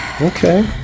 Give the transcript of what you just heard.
Okay